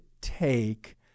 take